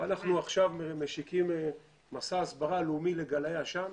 אנחנו עכשיו משיקים מסע הסברה לאומי לגלאי עשן.